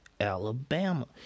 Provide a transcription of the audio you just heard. alabama